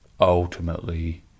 ultimately